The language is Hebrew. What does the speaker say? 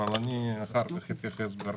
אבל אני אחר כך אתייחס בהרחבה.